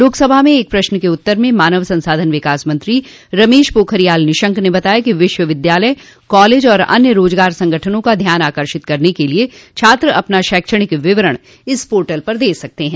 लोकसभा में एक प्रश्न के उत्तर में मानव संसाधन विकास मंत्री रमेश पाखरियाल निशंक ने बताया कि विश्वविद्यालय कॉलेज आर अन्य रोजगार संगठनों का ध्यान आकर्षित करने के लिए छात्र अपना शैक्षणिक विवरण इस पोर्टल पर दे सकते हैं